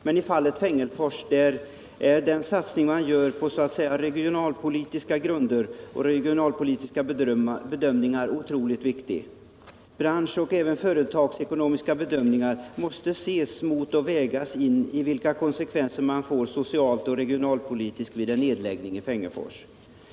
Men i fallet Fengersfors är den satsning man gör på regionalpolitiska bedömningar otroligt viktig. Branschoch även företagsekonomiska bedömningar måste vägas mot de sociala och regionalpolitiska konsekvenser man skulle få vid en nedläggning av Fengersfors Bruk.